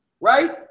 right